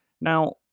Now